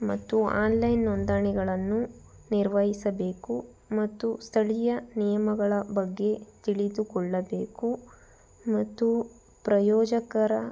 ಮತ್ತು ಆನ್ಲೈನ್ ನೋಂದಣಿಗಳನ್ನು ನಿರ್ವಹಿಸಬೇಕು ಮತ್ತು ಸ್ಥಳೀಯ ನಿಯಮಗಳ ಬಗ್ಗೆ ತಿಳಿದುಕೊಳ್ಳಬೇಕು ಮತ್ತು ಪ್ರಯೋಜಕರ